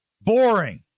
Boring